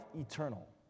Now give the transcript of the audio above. eternal